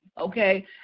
okay